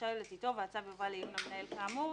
רשאי הוא לתיתו והצו יובא לעיון המנהל כאמור,